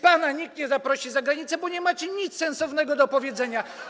Pana nikt nie zaprosi za granicę, bo nie macie nic sensownego do powiedzenia.